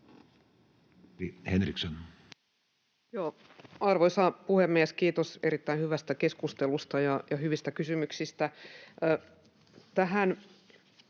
Content: Arvoisa puhemies! Kiitos erittäin hyvästä keskustelusta ja hyvistä kysymyksistä.